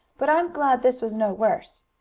but i'm glad this was no worse.